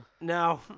no